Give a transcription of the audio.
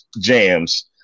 Jams